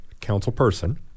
councilperson